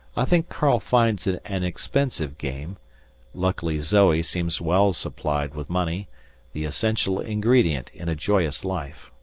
i think karl finds it an expensive game luckily zoe seems well supplied with money the essential ingredient in a joyous life.